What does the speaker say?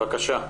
בבקשה.